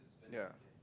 ya